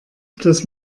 das